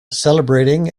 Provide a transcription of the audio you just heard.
celebrating